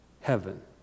heaven